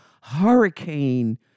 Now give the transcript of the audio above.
hurricane